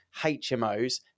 HMOs